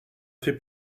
fait